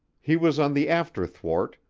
he was on the after thwart,